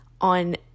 on